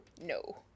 No